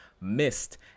missed